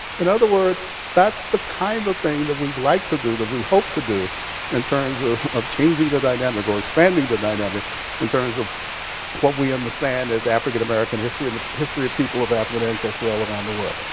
in other words, that's the kind of thing that we'd like to do, that we hope to do in terms of of changing the dynamic, or expanding the dynamic in terms of what we understand as african-american history and the history of people of african ancestry all around the world.